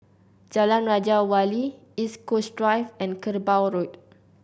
Jalan Raja Wali East Coast Drive and Kerbau Road